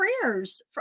prayers